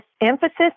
emphasis